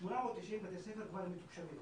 890 בתי ספר כבר מתוקשבים.